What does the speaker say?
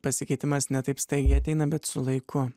pasikeitimas ne taip staigiai ateina bet su laiku